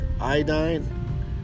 iodine